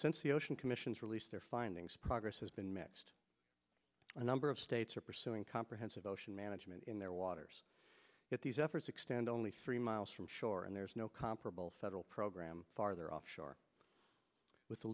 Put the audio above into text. since the ocean commission's released their findings progress has been mixed a number of states are pursuing comprehensive ocean management in their waters if these efforts extend only three miles from shore and there's no comparable federal program farther offshore with the